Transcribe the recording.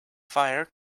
fire